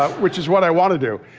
ah which is what i want to do.